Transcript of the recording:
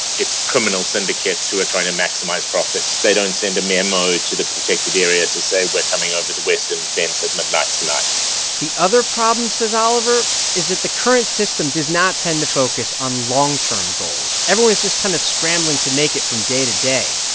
it's criminal syndicates who are trying to maximize profits. they don't send a memo to the protected area to say we're coming over the western fence at midnight tonight the other problem, says oliver, is that the current system does not tend to focus on long-term goals. everyone is just kind of scrambling to make it from day to day.